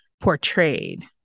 portrayed